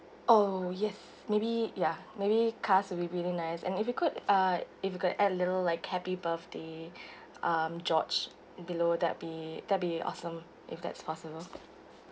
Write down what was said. oh yes maybe ya maybe cars will be really nice and if you could uh if you could add little like happy birthday um george below that'll be that'll be awesome if that's possible